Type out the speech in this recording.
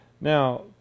Now